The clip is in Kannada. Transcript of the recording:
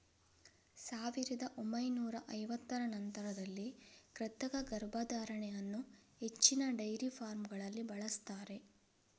ಸಾವಿರದ ಒಂಬೈನೂರ ಐವತ್ತರ ನಂತರದಲ್ಲಿ ಕೃತಕ ಗರ್ಭಧಾರಣೆ ಅನ್ನು ಹೆಚ್ಚಿನ ಡೈರಿ ಫಾರ್ಮಗಳಲ್ಲಿ ಬಳಸ್ತಾರೆ